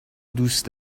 دوست